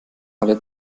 alle